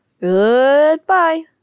Goodbye